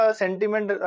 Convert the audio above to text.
sentiment